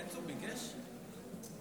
בבקשה.